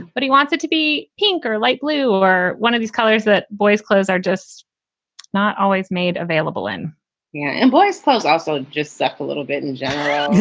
but he wants it to be pink or light blue or one of these colors. that boy's clothes are just not always made available in yeah in boys clothes also just so a little bit in general,